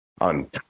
on